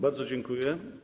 Bardzo dziękuję.